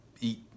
Eat